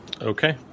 Okay